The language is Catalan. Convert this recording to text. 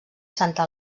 santa